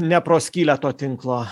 ne pro skylę to tinklo